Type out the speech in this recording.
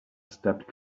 stepped